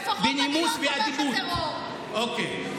בסדר,